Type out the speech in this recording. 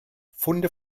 funde